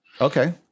Okay